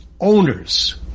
owners